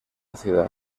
ciudad